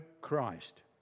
Christ